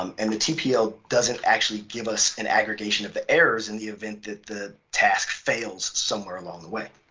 um and the tpl doesn't actually give us an aggregation of the errors in the event that the task fails somewhere along the way.